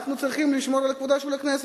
אנחנו צריכים לשמור על כבודה של הכנסת.